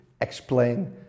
explain